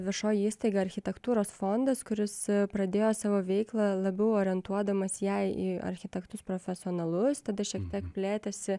viešoji įstaiga architektūros fondas kuris pradėjo savo veiklą labiau orientuodamas ją į architektus profesionalus tada šiek tiek plėtėsi